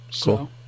Cool